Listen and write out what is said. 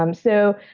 um so,